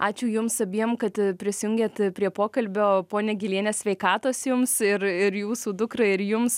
ačiū jums abiem kad prisijungėt prie pokalbio ponia gyliene sveikatos jums ir ir jūsų dukrai ir jums